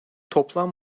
toplam